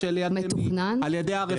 השאלה על ידי מי.